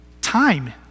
Time